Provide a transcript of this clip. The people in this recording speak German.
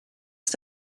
ist